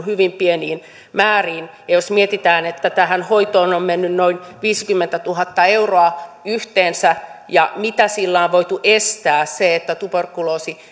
hyvin pieniin määriin ja jos mietitään että tähän hoitoon on mennyt noin viisikymmentätuhatta euroa yhteensä ja mitä sillä on voitu estää se että tuberkuloosi